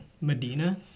medina